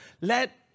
let